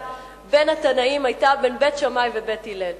בין התנאים היתה בין בית שמאי ובית הלל.